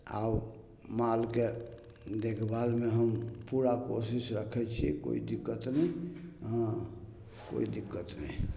आओर मालके देखभालमे हम पूरा कोशिश रखै छिए कोइ दिक्कत नहि हँ कोइ दिक्कत नहि